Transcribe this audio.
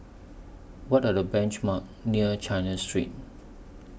What Are The benchmark near China Street